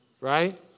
right